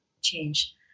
change